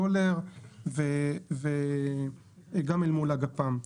סולר וגם אל מול הגפ"מ.